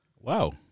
Wow